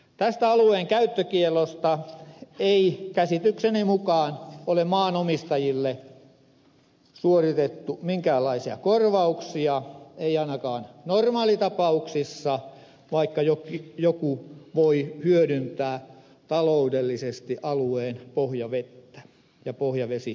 tästä alueen käyttökiellosta ei käsitykseni mukaan ole maanomistajille suoritettu minkäänlaisia korvauksia ei ainakaan normaalitapauksissa vaikka joku voi hyödyntää taloudellisesti alueen pohjavettä ja pohjavesivarantoja ottaa